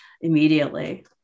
immediately